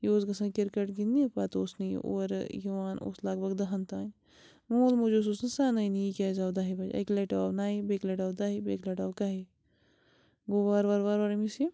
یہِ اوس گژھان کرکٹ گِنٛدنہِ پَتہٕ اوس نہٕ یہِ اورٕ یِوان اوس لگ بھگ دَہَن تانۍ مول موج اوسُس نہٕ سَنٲنی یہِ کیٛازِ آو دَہہِ بَجہِ اَکہِ لَٹہِ آو نَیہِ بیٚیہِ لَٹہِ آو دَہہِ بیٚکہِ لَٹہِ آو کَہہِ گوٚو وارٕ وار وارٕ وار أمِس یہِ